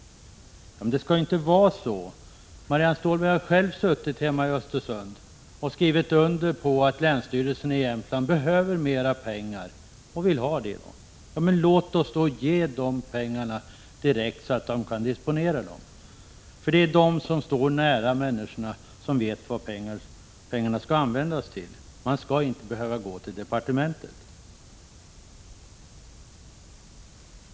Ja, men det skall ju inte vara så. Marianne Stålberg har själv hemma i Östersund skrivit under på att länsstyrelsen i Jämtlands län behöver mera pengar och vill ha det. Låt oss ge länsstyrelsen de pengarna direkt, så att den kan disponera dem! Det är ju de som finns nära människorna som vet vad pengarna skall användas till. De skall inte behöva gå till departementet.